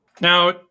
Now